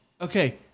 okay